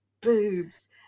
boobs